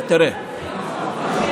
תראה,